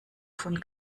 von